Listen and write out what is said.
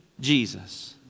Jesus